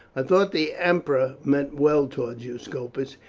i thought the emperor meant well towards you, scopus